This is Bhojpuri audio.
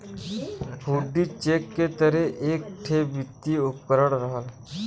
हुण्डी चेक के तरे एक ठे वित्तीय उपकरण रहल